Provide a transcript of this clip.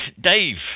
Dave